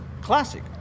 Classic